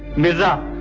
mirza.